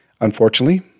unfortunately